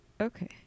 Okay